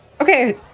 Okay